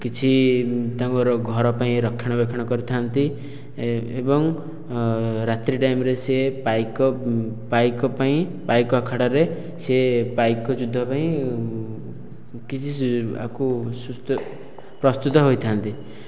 କିଛି ତାଙ୍କର ଘର ପାଇଁ ରକ୍ଷଣା ବେକ୍ଷଣ କରିଥାନ୍ତି ଏବଂ ରାତ୍ରୀ ଟାଇମରେ ସେ ପାଇକ ପାଇକ ପାଇଁ ପାଇକ ଆଖଡ଼ାରେ ସେ ପାଇକ ଯୁଦ୍ଧ ପାଇଁ କିଛି ପ୍ରସ୍ତୁତ ହୋଇଥାନ୍ତି